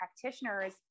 practitioners